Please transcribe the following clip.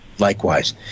Likewise